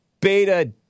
beta